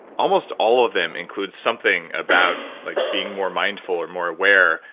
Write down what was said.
almost all of them include something about like being more mindful, or more aware,